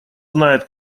знает